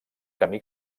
camí